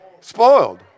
Spoiled